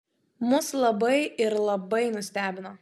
mus labai ir labai nustebino